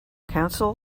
council